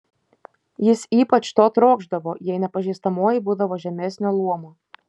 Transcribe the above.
jis ypač to trokšdavo jei nepažįstamoji būdavo žemesnio luomo